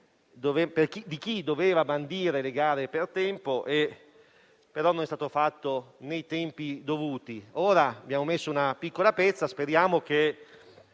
di chi doveva bandire le gare per tempo, e non lo ha fatto nei tempi dovuti. Ora, abbiamo messo una piccola pezza e speriamo che,